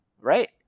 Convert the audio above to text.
right